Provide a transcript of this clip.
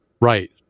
Right